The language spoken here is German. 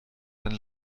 dann